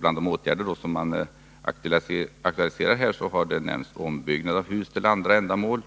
Bland de åtgärder som har aktualiserats nämns ombyggnad av hus till andra ändamål,